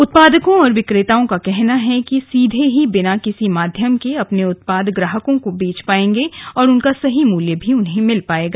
उत्पादको और बिक्रेताओं का कहना है कि अब वे सीधे ही बिना किसी माध्यम के अपने उत्पाद ग्राहकों को बेंच पाएंगे और उनका सही मूल्य मिल पायेगा